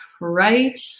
right